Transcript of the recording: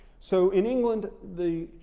so in england, the